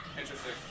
interesting